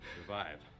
Survive